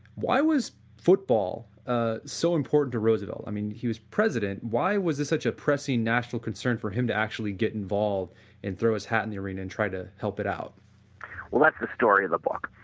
why was football ah so important to roosevelt, i mean he was president, why was this such a pressing national national concern for him to actually get involved and throw his hat in the arena and try to help it out well that's a story of the book.